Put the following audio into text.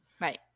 Right